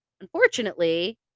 Unfortunately